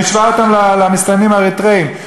השווה אותם למסתננים האריתריאים.